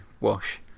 Wash